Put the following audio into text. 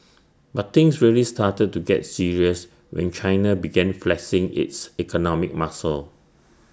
but things really started to get serious when China began flexing its economic muscle